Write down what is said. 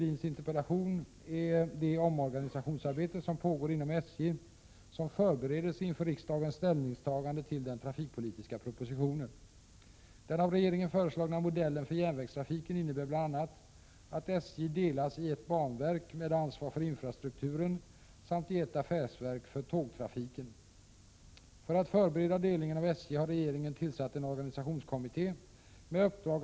Den omorganisation av banverkets centrala enhet, som sannolikt kommer att beslutas av riksdagen, kommer att innebära väsentliga störningar i banverkets verksamhet i och med den eventulla flyttningen till Borlänge. Av erfarenhet vet vi att utlokalisering av statlig verksamhet från Stockholm innebär att en relativt stor del av personalen föredrar att söka andra arbeten i Stockholm.